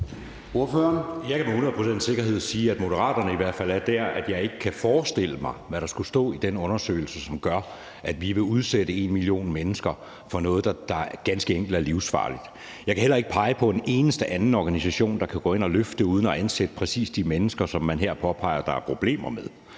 med hundrede procents sikkerhed sige, at Moderaterne i hvert fald er der, hvor jeg ikke kan forestille mig, hvad der skulle stå i den undersøgelse, som gør, at vi vil udsætte 1 million mennesker for noget, der ganske enkelt er livsfarligt. Jeg kan heller ikke pege på en eneste anden organisation, der kan gå ind og løfte det uden at ansætte præcis de samme mennesker, som man her påpeger at der er problemer med.